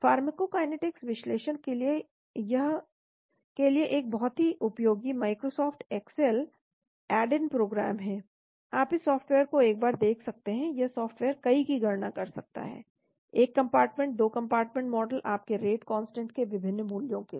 pharmacokinetics विश्लेषण के लिए एक बहुत ही उपयोगी Microsoft Excel add in program है आप इस सॉफ़्टवेयर को एक बार देख सकते हैं यह सॉफ़्टवेयर कई की गणना कर सकता है 1 कंपार्टमेंट 2 कंपार्टमेंट मॉडल आपके रेट कांस्टेंटांक के विभिन्न मूल्यों के लिए